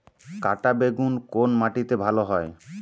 কাঁটা বেগুন কোন মাটিতে ভালো হয়?